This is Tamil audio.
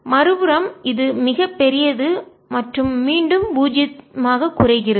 மறுபுறம்இது மிகப் பெரியது மற்றும் மீண்டும் பூஜ்ஜியமாக குறைகிறது